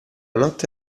notte